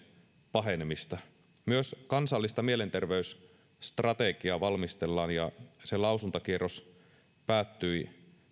pahenemista myös kansallista mielenterveysstrategiaa valmistellaan ja sen lausuntokierros päättyi